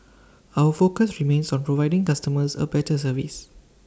our focus remains on providing customers A better service